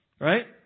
right